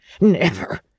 Never